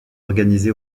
organisé